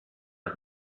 and